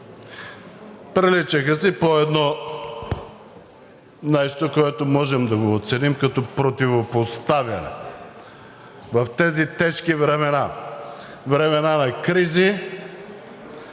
Приличаха си по едно нещо, което можем да го оценим като противопоставяне. В тези тежки времена – времена на кризи